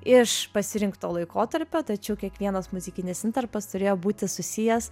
iš pasirinkto laikotarpio tačiau kiekvienas muzikinis intarpas turėjo būti susijęs